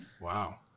Wow